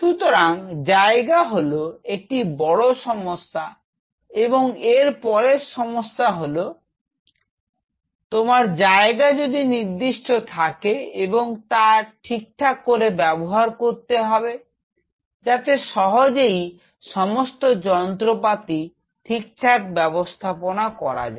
সুতরাং জায়গা হল একটি বড় সমস্যা এবং এর পরের সমস্যা হল তোমার জায়গায় যদি নির্দিষ্ট থাকে এবং তার ঠিকঠাক করে ব্যবহার করতে হবে যাতে সহজেই সমস্ত যন্ত্রপাতি ঠিকঠাক ব্যবস্থাপনা করা যায়